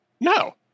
No